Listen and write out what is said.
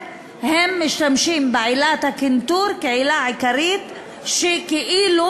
הם משתמשים בעילת הקנטור כעילה העיקרית שכאילו